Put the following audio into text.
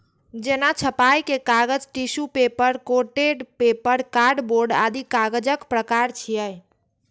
जेना छपाइ के कागज, tissue paper, coated paper, cardboard आदि कागजक प्रकार छियै